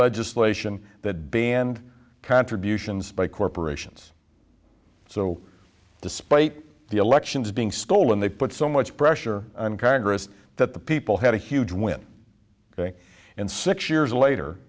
legislation that banned contributions by corporations so despite the elections being stolen they put so much pressure on congress that the people had a huge win and six years later